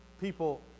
people